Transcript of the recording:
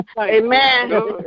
Amen